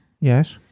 Yes